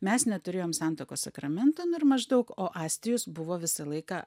mes neturėjom santuokos sakramento nu ir maždaug o astijus buvo visą laiką